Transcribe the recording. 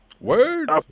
words